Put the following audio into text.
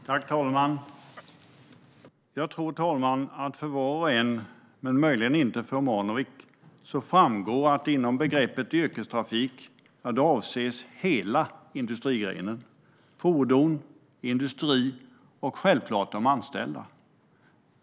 Herr ålderspresident! Jag tror att det för var och en, men möjligen inte för Jasenko Omanovic, framgår att med begreppet yrkestrafik avses hela industrigrenen - fordon, industri och självklart de anställda.